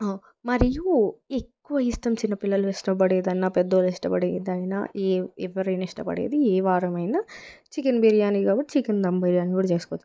మరియు ఎక్కువ ఇష్టం చిన్నపిల్లలు ఇష్టపడేది ఏదైనా పెద్దవాళ్ళు పడేడి ఏదైనా ఏ ఎవరైనా సరే ఇష్టపడేది ఏ వారం అయినా చికెన్ బిర్యానీ కావచ్చు చికెన్ ధమ్ బిర్యానీ కూడా చేసుకోవచ్చు